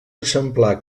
exemplar